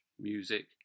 music